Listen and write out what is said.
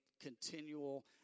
continual